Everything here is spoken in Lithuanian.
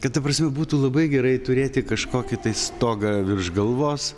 kad ta prasme būtų labai gerai turėti kažkokį tai stogą virš galvos